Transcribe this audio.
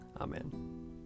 Amen